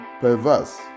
perverse